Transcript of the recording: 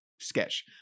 sketch